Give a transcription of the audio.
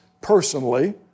personally